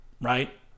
right